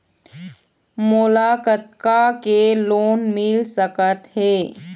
मोला कतका के लोन मिल सकत हे?